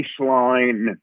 baseline